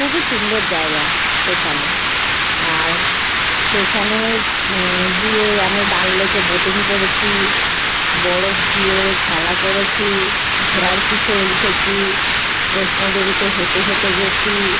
খুবই সুন্দর জায়গা সেখানে আর সেখানে গিয়ে আমরা ডাল লেকে বোটিং করেছি বরফ দিয়ে খেলা করেছি ঘোড়ার পিঠে উঠেছি বৈষ্ণোদেবীতে হেঁটে হেঁটে গিয়েছি